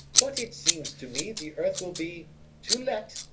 but it seems to me the earth will be to let,